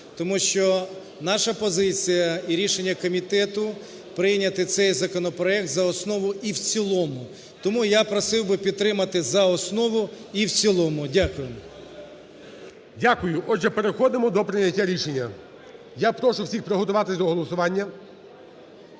тому що наша позиція і рішення комітету прийняти цей законопроект за основу і в цілому. Тому я просив би підтримати за основу і в цілому. Дякую. ГОЛОВУЮЧИЙ. Дякую. Отже, переходимо до прийняття рішення. Я прошу всіх приготуватись до голосування.